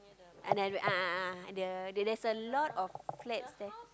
and then a'ah a'ah the the there's a lot of flat there